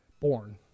born